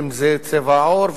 אם זה צבע העור,